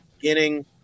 beginning